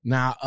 Now